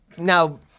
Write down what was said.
Now